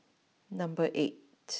number eight